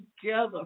together